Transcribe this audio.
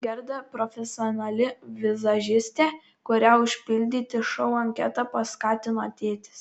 gerda profesionali vizažistė kurią užpildyti šou anketą paskatino tėtis